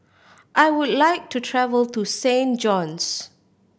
I would like to travel to Saint John's